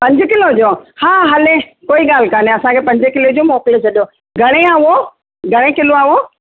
पंज किलो जो हा हले कोई ॻाल्हि कोन्हे असांखे पंज किले जो मोकिले छॾियो घणे आहे उहो घणे किलो आहे उहो